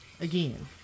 Again